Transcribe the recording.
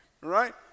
Right